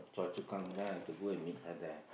Choa-Chu-Kang then I have to go and meet her there